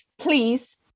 please